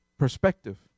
perspective